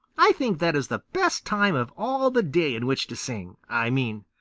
i think that is the best time of all the day in which to sing. i mean,